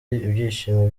ibyishimo